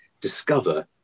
discover